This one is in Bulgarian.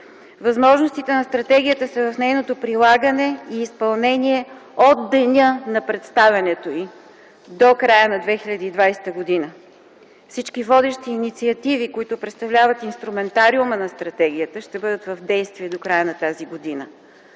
Възможностите на Стратегията са в нейното прилагане и изпълнение от деня на представянето й до края на 2020 г. Всички водещи инициативи, които представляват инструментариума на Стратегията, ще бъдат в действие до края на тази година.